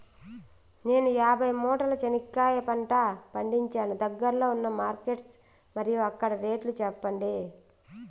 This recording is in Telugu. నేను యాభై మూటల చెనక్కాయ పంట పండించాను దగ్గర్లో ఉన్న మార్కెట్స్ మరియు అక్కడ రేట్లు చెప్పండి?